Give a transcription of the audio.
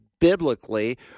biblically